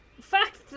fact